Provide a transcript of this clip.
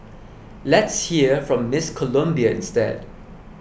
let's hear from Miss Colombia instead